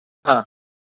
हां